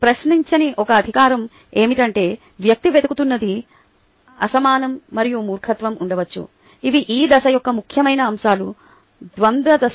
ప్రశ్నించని ఒక అధికారం ఏమిటంటే వ్యక్తి వెతుకుతున్నది అసహనం మరియు మూర్ఖత్వం ఉండచ్చు ఇవి ఈ దశ యొక్క ముఖ్యమైన అంశాలు ద్వంద్వ దశ